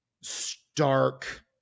stark